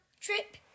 trip